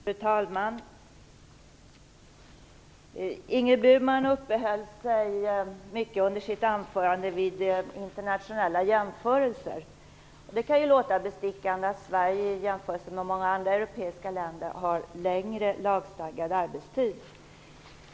Fru talman! Ingrid Burman uppehöll sig i sitt anförande mycket vid internationella jämförelser. Det kan låta bestickande att Sverige i jämförelse med många andra europeiska länder har längre lagstadgad arbetstid.